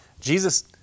Jesus